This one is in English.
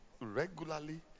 regularly